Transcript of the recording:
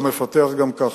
הוא מפתח גם ככה,